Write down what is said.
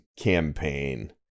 campaign